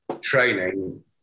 training